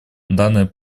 данные